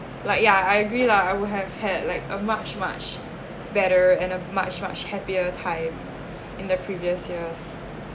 like ya I agree lah I would have had like a much much better and a much much happier time in the previous years